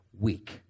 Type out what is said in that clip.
Week